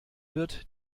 wird